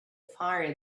fire